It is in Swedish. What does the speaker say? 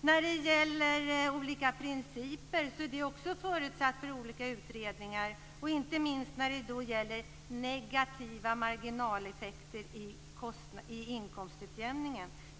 När det gäller olika principer är det också föremål för olika utredningar, inte minst när det gäller negativa marginaleffekter i inkomstutjämningen.